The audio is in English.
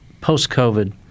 post-COVID